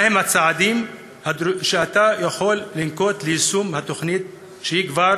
מה הם הצעדים שאתה יכול לנקוט ליישום התוכנית שכבר